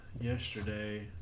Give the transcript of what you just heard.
yesterday